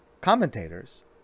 commentators